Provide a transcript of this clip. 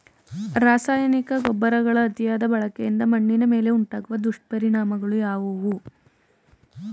ರಾಸಾಯನಿಕ ಗೊಬ್ಬರಗಳ ಅತಿಯಾದ ಬಳಕೆಯಿಂದ ಮಣ್ಣಿನ ಮೇಲೆ ಉಂಟಾಗುವ ದುಷ್ಪರಿಣಾಮಗಳು ಯಾವುವು?